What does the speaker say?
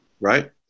Right